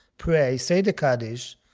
pray, say the kaddish,